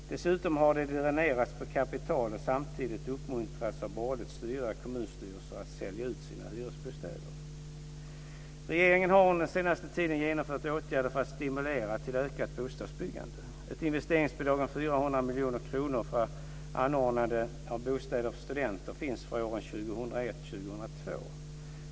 Dessutom har de dränerats på kapital och samtidigt uppmuntrats av borgerligt styrda kommunstyrelser att sälja ut sina hyresbostäder. Regeringen har under den senaste tiden genomfört åtgärder för att stimulera till ökat bostadsbyggande. Ett investeringsbidrag om 400 miljoner kronor för anordnande av bostäder för studenter finns för åren 2001-2002.